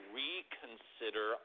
reconsider